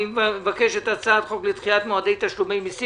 אני מבקש את הצעת חוק לדחיית מועדי תשלומי מסים